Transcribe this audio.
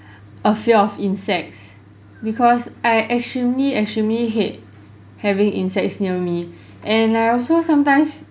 a fear of insects because I extremely extremely hate having insects near me and I also sometimes